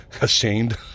ashamed